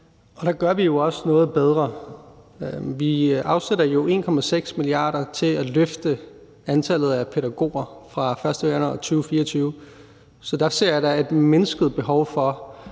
Der gør vi jo også noget bedre. Vi afsætter jo 1,6 mia. kr. til at hæve antallet af pædagoger fra den 1. januar 2024. Så der ser jeg da et mindsket behov for